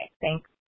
Thanks